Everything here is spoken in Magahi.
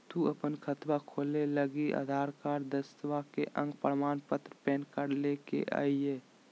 तू अपन खतवा खोलवे लागी आधार कार्ड, दसवां के अक प्रमाण पत्र, पैन कार्ड ले के अइह